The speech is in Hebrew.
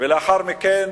ולאחר מכן